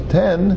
ten